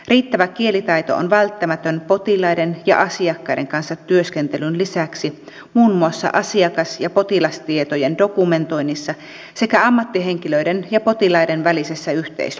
riittävä kielitaito on välttämätön potilaiden ja asiakkaiden kanssa työskentelyn lisäksi muun muassa asiakas ja potilastietojen dokumentoinnissa sekä ammattihenkilöiden ja potilaiden välisessä yhteistyössä